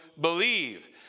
believe